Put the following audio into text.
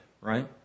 right